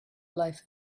life